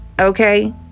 Okay